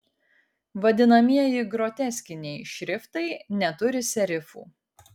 vadinamieji groteskiniai šriftai neturi serifų